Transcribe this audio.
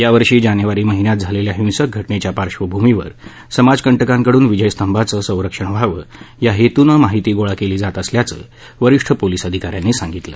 या वर्षी जानेवारी महिन्यात झालेल्या हिंसक घटनेच्या पार्षभूमीवर समाजककंटकांकडून विजय स्तंभाचं संरक्षण व्हावं या हेतूनं माहिती गोळा केली जात असल्याचं वरीष्ठ पोलीस अधिकाऱ्यांनी सांगितलं